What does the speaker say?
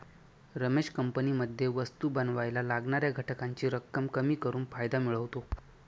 रमेश कंपनीमध्ये वस्तु बनावायला लागणाऱ्या घटकांची रक्कम कमी करून फायदा मिळवतो